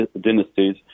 dynasties